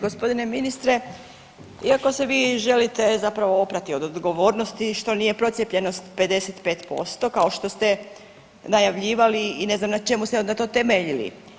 G. ministre, iako se vi želite zapravo oprati od odgovornosti što nije procijepljenost 55% kao što ste najavljivali i ne znam na čemu ste onda to temeljili.